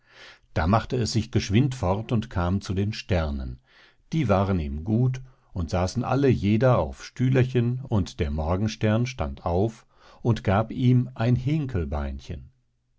da machte es sich geschwind fort und kam zu den sternen die waren ihm gut und saßen alle jeder auf stühlerchen und der morgenstern stand auf und gab ihm ein